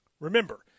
Remember